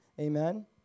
Amen